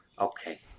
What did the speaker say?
Okay